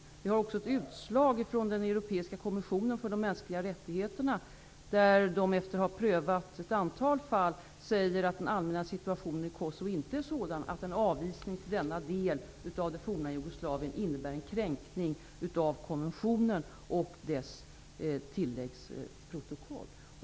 Det finns också ett utslag från den europeiska konventionen för de mänskliga rättigheterna, där de efter att ha prövat ett antal fall säger att den allmänna situationen i Kosovo inte är sådan att en avvisning till denna del av det forna Jugoslavien innebär en kränkning av konventionen och dess tilläggsprotokoll.